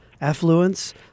Affluence